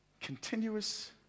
continuous